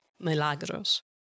Milagros